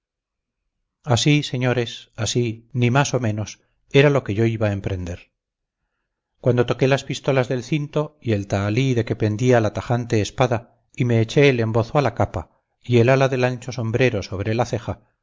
así señores así ni más o menos era lo que yo iba a emprender cuando toqué las pistolas del cinto y el tahalí de que pendía la tajante espada y me eché el embozo a la capa y el ala del ancho sombrero sobre la ceja